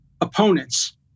opponents